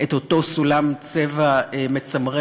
את אותו סולם צבע מצמרר,